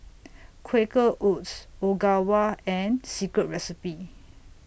Quaker Oats Ogawa and Secret Recipe